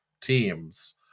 teams